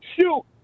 shoot